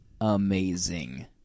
amazing